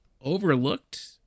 overlooked –